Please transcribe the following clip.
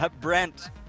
brent